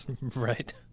Right